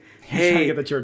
hey